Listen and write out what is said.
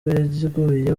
yaguye